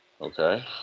Okay